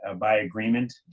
ah by agreement.